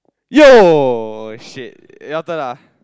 yo shit your turn ah